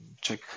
check